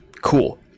cool